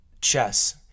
chess